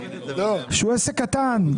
שהוא עסק קטן,